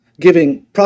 giving